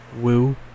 woo